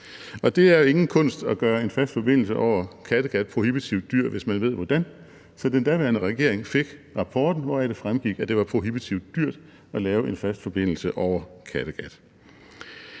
det er ingen kunst at gøre en fast forbindelse over Kattegat prohibitivt dyr, hvis man ved hvordan, så den daværende regering fik rapporten, hvoraf det fremgik, at det var prohibitivt dyrt at lave en fast forbindelse over Kattegat.